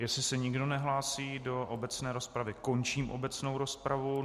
Jestli se nikdo nehlásí do obecné rozpravy, končím obecnou rozpravu.